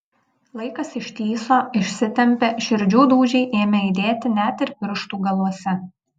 laikas ištįso išsitempė širdžių dūžiai ėmė aidėti net ir pirštų galuose